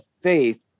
faith